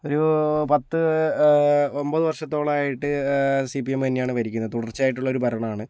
ഒരു പത്ത് ഒമ്പത് വർഷത്തോളായിട്ട് സി പി എം തന്നെയാണ് ഭരിക്കുന്നത് തുടർച്ചയായിട്ടുള്ളൊരു ഭരണമാണ്